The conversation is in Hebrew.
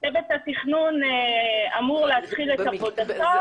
צוות התכנון אמור להתחיל את עבודתו,